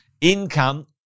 Income